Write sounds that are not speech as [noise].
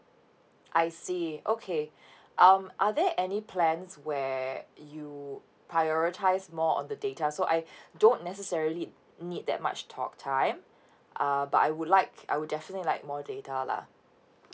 I see okay [breath] um are there any plans where you prioritise more on the data so I [breath] don't necessarily need that much talk time uh but I would like I would definitely like more data lah